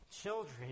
children